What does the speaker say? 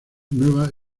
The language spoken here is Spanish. nuevas